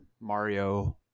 Mario